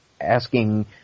asking